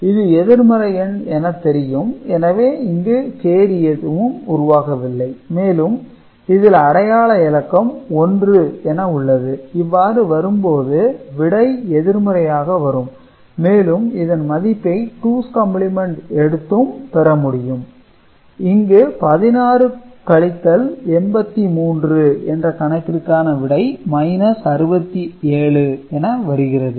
இது எதிர்மறை எண் என தெரியும் எனவே இங்கு கேரி எதுவும் உருவாகவில்லை மேலும் இதில் அடையாள இலக்கம் 1 என உள்ளது இவ்வாறு வரும்போது விடை எதிர்மறையாக வரும் மேலும் இதன் மதிப்பை டூஸ் காம்ப்ளிமென்ட் எடுத்தும் பெறமுடியும் இங்கு 16 கழித்தல் 83 என்ற கணக்கிற்கான விடை 67 என வருகிறது